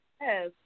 Yes